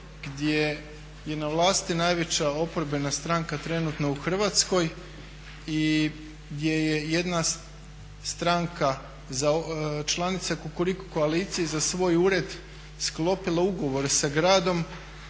gdje je na vlasti najveća oporbena stranka trenutno u Hrvatskoj i gdje je jedna stranka članica kukuriku koalicije za svoj ured sklopila ugovore sa gradom